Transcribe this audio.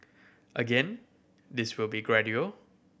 again this will be gradual